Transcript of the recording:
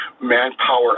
manpower